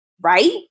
Right